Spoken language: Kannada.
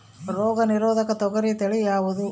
ರೋಗ ನಿರೋಧಕ ತೊಗರಿ ತಳಿ ಯಾವುದು?